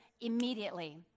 immediately